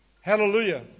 Hallelujah